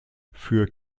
für